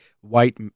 white